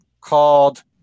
called